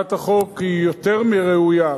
הצעת החוק היא יותר מראויה.